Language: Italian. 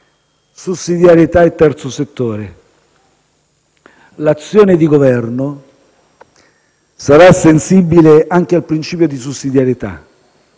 Sussidiarietà e terzo settore. L'azione di Governo sarà sensibile anche al principio di sussidiarietà,